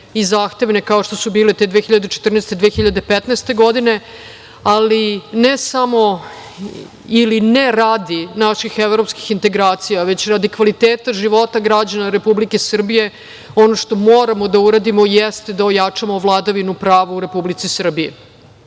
i zahtevne kao što su bile te 2014. i 2015. godine. Ali, ne samo, ili ne radi naših evropskih integracija, već radi kvaliteta života građana Republike Srbije, ono što moramo da uradimo jeste da ojačamo vladavinu prava u Republici Srbiji.